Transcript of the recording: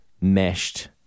meshed